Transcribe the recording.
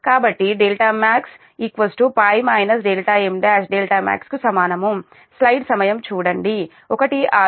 కాబట్టిδmax π m1